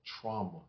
trauma